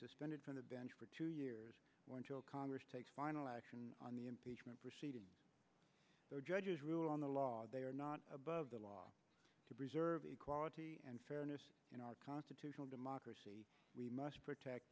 suspended from the bench for two years or until congress takes final action on the impeachment proceedings the judges rule on the law they are not above the law to preserve equality and fairness in our constitutional democracy we must protect